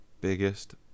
biggest